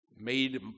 made